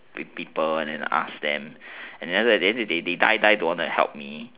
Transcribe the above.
the people and then asked them and then they die die don't want to help me